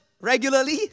regularly